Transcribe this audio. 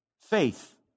faith